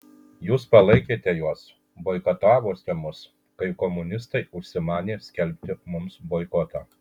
jūs palaikėte juos boikotavote mus kai komunistai užsimanė skelbti mums boikotą